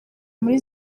muri